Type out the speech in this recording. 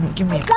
giving me